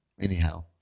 anyhow